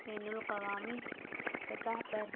pain الاقوامی سطح پر